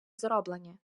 зроблені